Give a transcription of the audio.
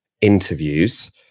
interviews